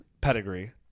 pedigree